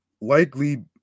likely